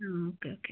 ആ okay okay